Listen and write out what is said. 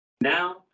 now